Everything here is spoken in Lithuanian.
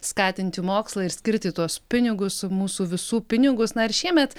skatinti mokslą ir skirti tuos pinigus mūsų visų pinigus na ar šiemet